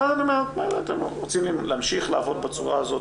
'אם אתם רוצים להמשיך לעבוד בצורה הזאת,